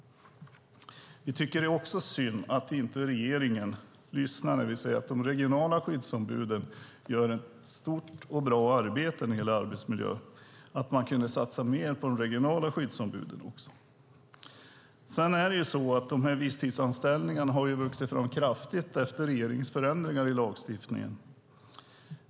Vi tycker vidare att det är synd att regeringen inte lyssnar när vi säger att de regionala skyddsombuden gör ett stort och bra arbete när det gäller arbetsmiljö och att vi kunde satsa mer på de regionala skyddsombuden. Visstidsanställningarna har ökat kraftigt efter regeringens förändringar i lagstiftningen.